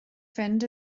fynd